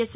yes